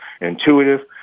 Intuitive